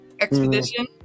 Expedition